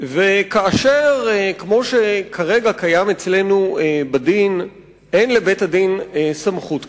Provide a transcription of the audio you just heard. וכאשר כמו שכרגע קיים אצלנו בדין אין לבית-הדין סמכות כזאת,